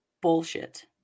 bullshit